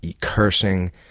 cursing